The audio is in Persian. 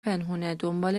پنهونه، دنبال